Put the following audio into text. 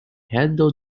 handle